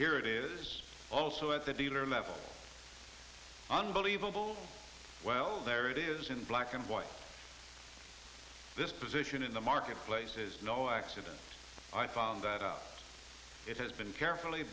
here it is also at the dealer level unbelievable well there it is in black and white this position in the marketplace is no accident i found that out it has been carefully